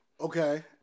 Okay